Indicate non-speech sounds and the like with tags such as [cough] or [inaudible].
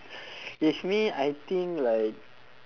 [breath] if me I think like